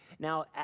Now